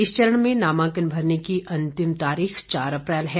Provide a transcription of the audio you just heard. इस चरण में नामांकन भरने की अंतिम तारीख चार अप्रैल है